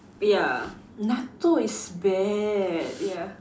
ya natto is bad ya